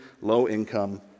low-income